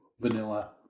Vanilla